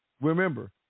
remember